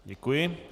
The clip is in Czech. Děkuji.